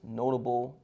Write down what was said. notable